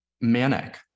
manic